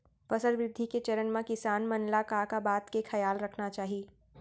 फसल वृद्धि के चरण म किसान मन ला का का बात के खयाल रखना चाही?